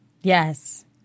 yes